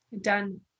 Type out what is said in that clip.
done